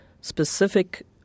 specific